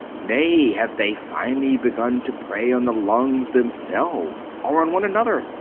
nay, have they finally begun to prey on the lungs themselves? or on one another?